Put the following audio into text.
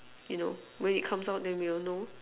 you know when it comes out then we'll know